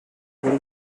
did